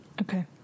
Okay